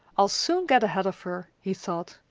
i'll soon get ahead of her, he thought.